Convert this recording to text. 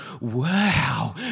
Wow